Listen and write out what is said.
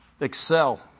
excel